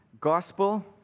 Gospel